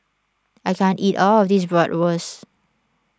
I can't eat all of this Bratwurst